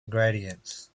gradients